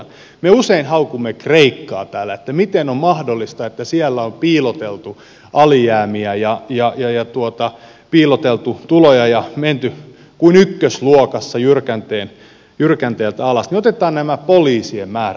kun me usein haukumme kreikkaa täällä miten on mahdollista että siellä on piiloteltu alijäämiä ja piiloteltu tuloja ja menty kuin ykkösluokassa jyrkänteeltä alas niin otetaan nämä poliisien määrärahat